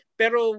pero